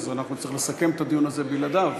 אז אנחנו נצטרך לסכם את הדיון הזה בלעדיו.